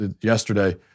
yesterday